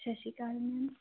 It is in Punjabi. ਸਤਿ ਸ਼੍ਰੀ ਅਕਾਲ ਮੈਮ